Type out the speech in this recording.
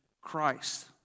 Christ